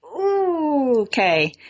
Okay